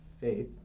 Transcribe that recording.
faith